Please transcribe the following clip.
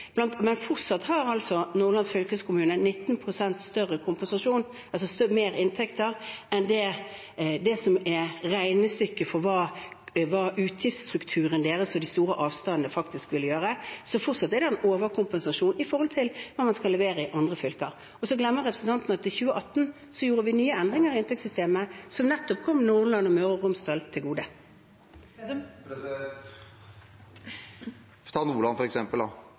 Men fortsatt har Nordland fylkeskommune 19 pst. større kompensasjon, altså mer inntekter enn det regnestykket for hva utgiftsstrukturen deres og de store avstandene faktisk ville gi, tilsier, så fortsatt er det en overkompensasjon i forhold til hva man skal levere i andre fylker. Og så glemmer representanten at vi i 2018 gjorde nye endringer i inntektssystemet som nettopp kom Nordland og Møre og Romsdal til gode. Det blir oppfølgingsspørsmål – først Trygve Slagsvold Vedum. La oss ta Nordland